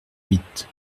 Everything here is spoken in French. huit